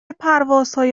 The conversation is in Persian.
پروازهای